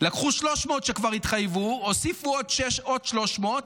לקחו 300 שכבר התחייבו, הוסיפו עוד 300,